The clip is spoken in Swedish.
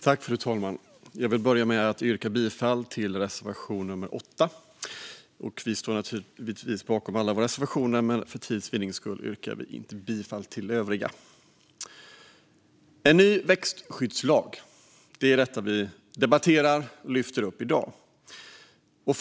Fru talman! Jag vill börja med att yrka bifall till reservation 8. Vi står givetvis bakom alla våra reservationer, men för tids vinnande yrkar jag inte bifall till övriga reservationer. Vi debatterar en ny växtskyddslag i dag.